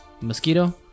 Mosquito